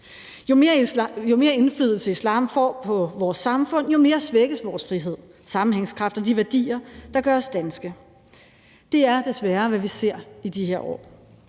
Jo mere indflydelse, islam får på vores samfund, jo mere svækkes vores frihed, sammenhængskraft og de værdier, der gør os danske. Det er desværre, hvad vi ser i de her år: